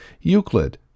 Euclid